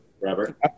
robert